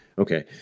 okay